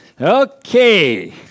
Okay